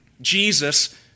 Jesus